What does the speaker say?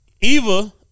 eva